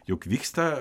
juk vyksta